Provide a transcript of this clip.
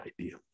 idea